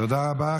תודה רבה.